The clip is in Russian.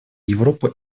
европа